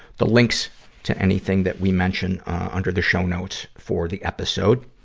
the links to anything that we mention, ah, under the show notes for the episode.